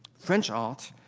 french art,